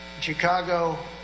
Chicago